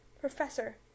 Professor